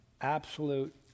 Absolute